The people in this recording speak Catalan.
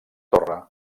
torre